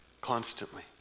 Constantly